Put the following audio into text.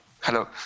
Hello